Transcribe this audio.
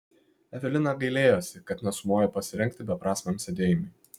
evelina gailėjosi kad nesumojo pasirengti beprasmiam sėdėjimui